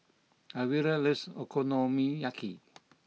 Elvira loves Okonomiyaki